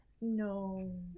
no